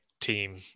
team